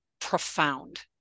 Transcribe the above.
profound